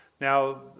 Now